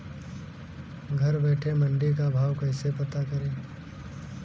घर बैठे मंडी का भाव कैसे पता करें?